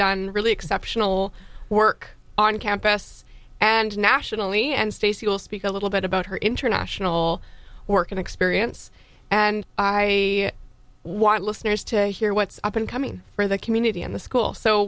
done really exceptional work on campus and nationally and stacy will speak a little bit about her international work experience and i want listeners to hear what's up and coming for the community and the school so